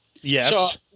Yes